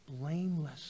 blameless